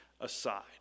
aside